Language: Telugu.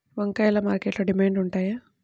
వంకాయలు మార్కెట్లో డిమాండ్ ఉంటాయా?